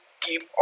keep